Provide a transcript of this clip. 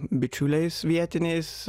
bičiuliais vietiniais